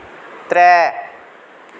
त्रै